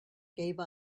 gave